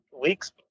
weeks